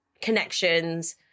connections